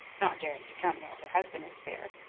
not daring to come while her husband was there,